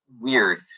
weird